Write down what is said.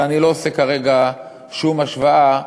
ואני לא עושה כרגע שום השוואה,